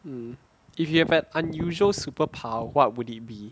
um if you have an unusual superpower what would it be